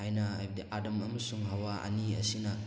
ꯍꯥꯏꯅ ꯍꯥꯏꯕꯗꯤ ꯑꯥꯗꯝ ꯑꯃꯁꯨꯡ ꯍꯋꯥ ꯑꯅꯤ ꯑꯁꯤꯅ